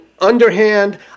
underhand